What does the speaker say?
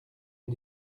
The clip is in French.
ont